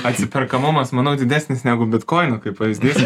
atsiperkamumas manau didesnis negu bitkoino kaip pavyzdys